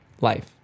life